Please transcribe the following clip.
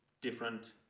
different